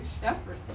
shepherd